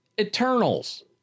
Eternals